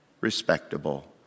respectable